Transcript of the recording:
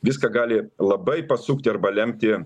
viską gali labai pasukti arba lemti